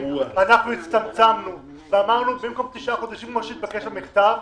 אנחנו הצטמצמנו ואמרנו במקום תשעה חודשים כמו שהתבקש במכתב,